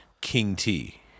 King-T